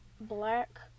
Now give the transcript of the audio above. black